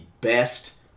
best